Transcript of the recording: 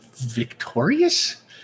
victorious